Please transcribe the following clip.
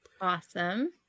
Awesome